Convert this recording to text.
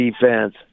defense